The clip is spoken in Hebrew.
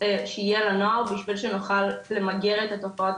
שיהיה לנוער בשביל שנוכל למגר את התופעות